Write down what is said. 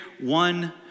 one